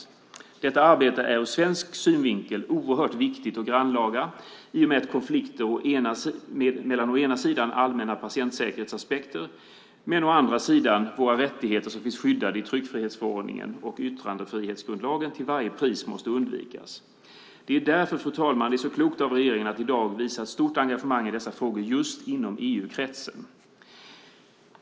Ur svensk synvinkel är detta arbete oerhört viktigt och grannlaga i och med att konflikter mellan å ena sidan allmänna patientsäkerhetsaspekter och å andra sidan våra rättigheter som finns skyddade i tryckfrihetsförordningen och yttrandefrihetsgrundlagen till varje pris måste undvikas. Fru talman! Därför är det klokt av regeringen att i dag visa ett stort engagemang i dessa frågor i EU-kretsen.